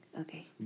Okay